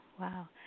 Wow